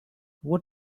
what